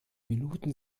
minuten